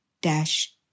dash